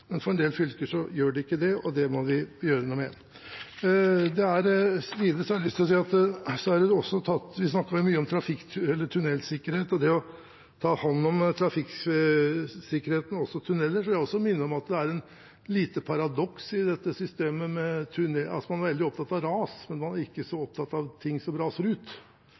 men for en del fylker gjør det ikke det, og det må vi gjøre noe med. Videre snakkes det mye om tunnelsikkerhet og det å ta hånd om trafikksikkerheten også i tunneler. Da vil jeg minne om at det er et lite paradoks i dette systemet at man er veldig opptatt av ras, men man er ikke så opptatt av ting som raser ut.